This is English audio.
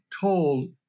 told